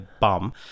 bum